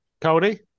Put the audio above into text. Cody